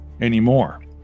anymore